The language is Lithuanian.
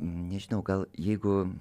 nežinau gal jeigu